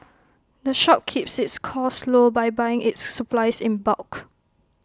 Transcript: the shop keeps its costs low by buying its supplies in bulk